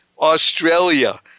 Australia